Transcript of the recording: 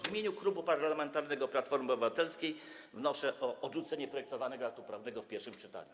W imieniu Klubu Parlamentarnego Platforma Obywatelska wnoszę o odrzucenie projektowanego aktu prawnego w pierwszym czytaniu.